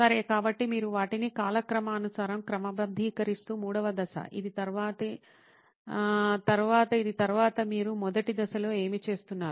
సరే కాబట్టి మీరు వాటిని కాలక్రమానుసారం క్రమబద్ధీకరిస్తున్న మూడవ దశ ఇది తరువాత ఇది తరువాత తరువాత ఇది తరువాత మీరు మొదటి దశలో ఏమి చేస్తున్నారు